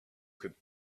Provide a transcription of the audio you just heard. could